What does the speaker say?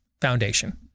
Foundation